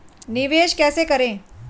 निवेश कैसे करें?